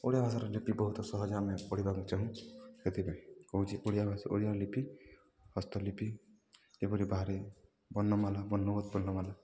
ଓଡ଼ିଆ ଭାଷାର ଲିପି ବହୁତ ସହଜ ଆମେ ପଢ଼ିବାକୁ ଚାହୁଁ ସେଥିପାଇଁ କହୁଛି ଓଡ଼ିଆ ଭାଷା ଓଡ଼ିଆ ଲିପି ହସ୍ତଲିିପି ଯେପରି ବାହାରେ ବର୍ଣ୍ଣମାଳା ବର୍ଣ୍ଣବୋଧ ବର୍ଣ୍ଣମାଳା